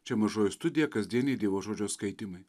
čia mažoji studija kasdieniai dievo žodžio skaitymai